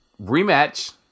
rematch